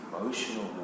emotional